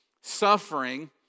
suffering